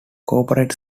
corporate